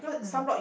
mm